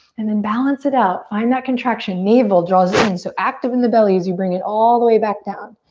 and then balance it out, find that contraction. navel draws in. so active in the belly as you bring it all the way back down.